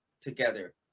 together